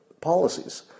policies